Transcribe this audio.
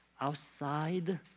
outside